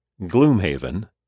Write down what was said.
Gloomhaven